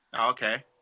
Okay